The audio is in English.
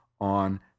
on